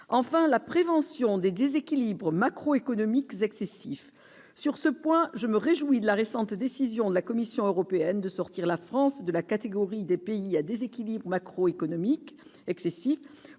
enfin, la prévention des déséquilibres macroéconomiques excessifs, sur ce point, je me réjouis de la récente décision de la Commission européenne de sortir la France de la catégorie des pays à déséquilibres macroéconomiques excessifs